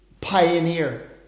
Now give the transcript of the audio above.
pioneer